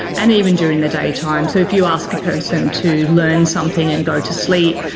and even during the daytime. so if you ask a person to learn something and go to sleep,